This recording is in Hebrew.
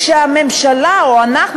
כשהממשלה או אנחנו,